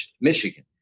Michigan